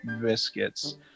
Biscuits